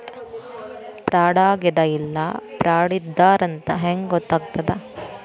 ಫ್ರಾಡಾಗೆದ ಇಲ್ಲ ಫ್ರಾಡಿದ್ದಾರಂತ್ ಹೆಂಗ್ ಗೊತ್ತಗ್ತದ?